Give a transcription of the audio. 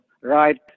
right